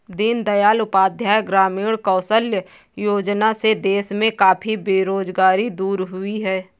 दीन दयाल उपाध्याय ग्रामीण कौशल्य योजना से देश में काफी बेरोजगारी दूर हुई है